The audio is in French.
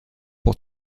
pour